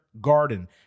Garden